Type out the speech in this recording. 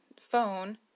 phone